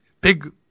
big